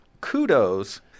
kudos